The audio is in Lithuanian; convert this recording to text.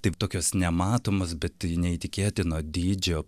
taip tokios nematomos bet tai neįtikėtino dydžio